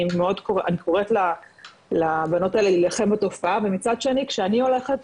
אני קוראת לבנות להלחם בתופעה ומצד שני שאני הולכת